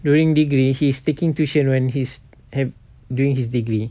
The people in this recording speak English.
during degree his taking tuition when his have doing his degree